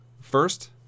First